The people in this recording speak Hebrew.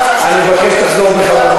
אני מבקש שתחזור בך.